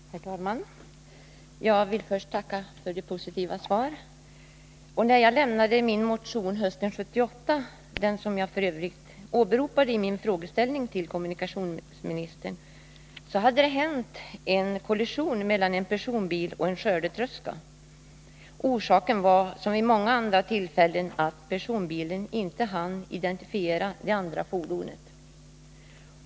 Herr talman! Jag vill först tacka för det positiva svaret. När jag hösten 1978 väckte den motion som jag åberopade i min fråga till kommunikationsministern, så hade det hänt en kollision mellan en personbil och en skördetröska. Orsaken var, som vid många andra tillfällen, att personbilen inte hann identifiera det andra fordonet.